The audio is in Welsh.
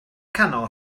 canol